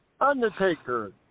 Undertaker